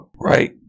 right